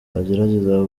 bagerageza